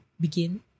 begin